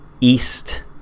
east